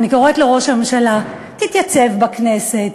אני קוראת לראש הממשלה: תתייצב בכנסת,